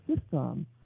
system